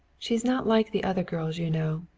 she's not like the other girls you know,